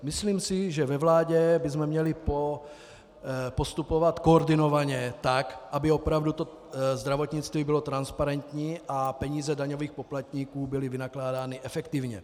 Myslím si, že ve vládě bychom měli postupovat koordinovaně tak, aby opravdu to zdravotnictví bylo transparentní a peníze daňových poplatníků byly vynakládány efektivně.